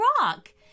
rock